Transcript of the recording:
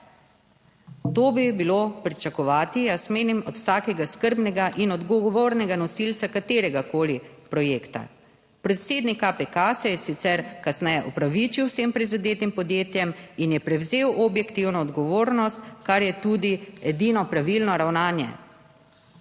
To bi bilo pričakovati, jaz menim, od vsakega skrbnega in odgovornega nosilca kateregakoli projekta. Predsednik KPK se je sicer kasneje opravičil vsem prizadetim podjetjem in je prevzel objektivno odgovornost, kar je tudi edino pravilno ravnanje.